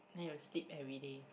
then you sleep everyday